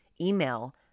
email